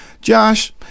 Josh